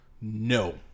No